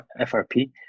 FRP